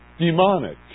demonic